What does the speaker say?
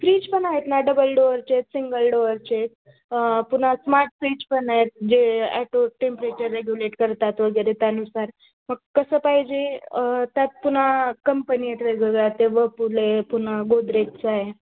fridge पण आहेत ना डबल डोअरचे सिंगल डोअरचे पुन्हा स्मार्ट फ्रीज पण आहेत जे ॲटो टेंपरेचर रेग्युलेट करतात वगैरे त्यानुसार मग कसं पाहिजे त्यात पुन्हा कंपनी आहेत वेगवेगळ्या ते वर्लपूल आहे पुन्हा गोदरेजचं आहे